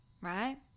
right